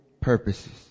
purposes